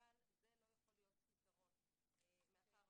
אבל זה לא יכול להיות פתרון מאחר